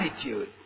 attitude